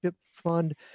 fund